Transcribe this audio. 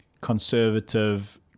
conservative